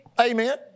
Amen